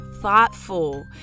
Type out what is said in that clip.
thoughtful